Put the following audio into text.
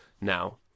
now